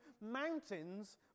mountains